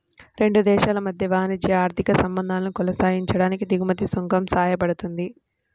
రెండు దేశాల మధ్య వాణిజ్య, ఆర్థిక సంబంధాలను కొనసాగించడానికి దిగుమతి సుంకం సాయపడుతుంది